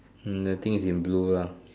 hmm the thing is in blue lah